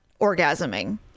orgasming